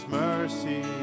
mercy